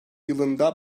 yılında